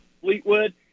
Fleetwood